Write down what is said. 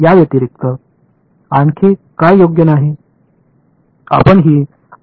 याव्यतिरिक्त आणखी काय योग्य नाही